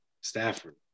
Stafford